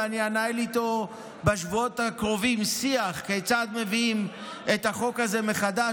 ואני אנהל איתו בשבועות הקרובים שיח כיצד מביאים את החוק הזה מחדש,